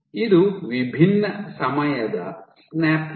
ಇದು ವಿಭಿನ್ನ ಸಮಯದ ಸ್ನ್ಯಾಪ್ ಗಳು